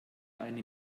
eine